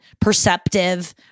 perceptive